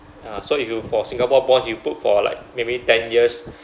uh so if you for singapore bond you put for like maybe ten years